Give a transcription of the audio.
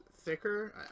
thicker